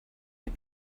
you